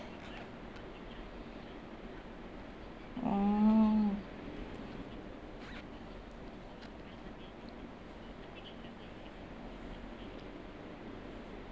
orh